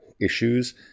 issues